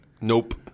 Nope